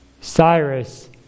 Cyrus